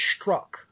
struck